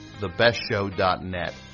thebestshow.net